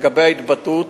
לגבי ההתבטאות,